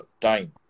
time